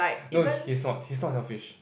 no he's not he's not selfish